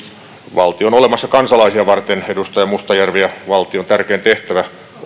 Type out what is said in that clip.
on olemassa kansalaisia varten edustaja mustajärvi ja valtion tärkein tehtävä